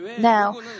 Now